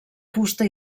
fusta